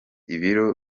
ibiro